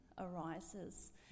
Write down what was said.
Arises